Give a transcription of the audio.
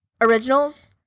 originals